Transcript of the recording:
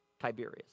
Tiberius